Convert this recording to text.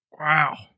wow